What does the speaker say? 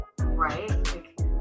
right